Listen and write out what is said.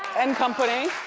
and company.